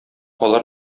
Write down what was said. алар